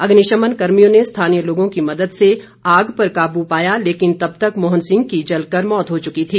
अग्निशमन कर्मियों ने स्थानीय लोगों की मदद से आग पर काबू पाया लेकिन तब तक मोहन सिंह की जलकर मौत हो चुकी थी